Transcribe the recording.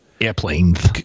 Airplanes